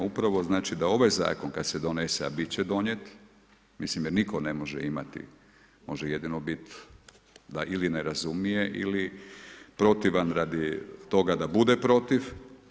Upravo znači da ovaj zakon kada se donese a biti će donijet, mislim jer nitko ne može imati, može jedino biti da ili ne razumije ili protivan radi toga da bude protiv.